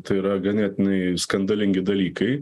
tai yra ganėtinai skandalingi dalykai